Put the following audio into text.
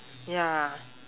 ya